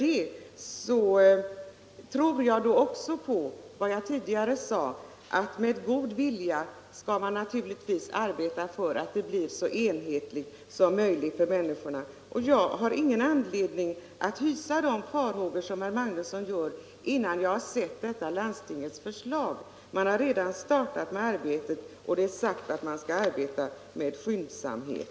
Dessutom tror jag, som jag tidigare sade, att man med god vilja skall kunna uppnå stor enhetlighet. Jag har ingen anledning att hysa samma farhågor som herr Magnusson innan jag sett landstingens förslag. Landstingen har redan startat arbetet, och det är sagt att man skall arbeta med skyndsamhet.